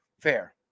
Fair